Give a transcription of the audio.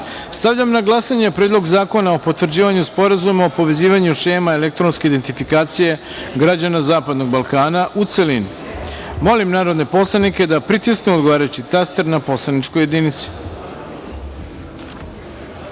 na glasanje Predlog zakona o potvrđivanju Sporazuma o povezivanju šema elektronske identifikacije građana Zapadnog Balkana, u celini. Molim narodne poslanike da pritisnu odgovarajući taster. Zaustavljam